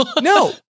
no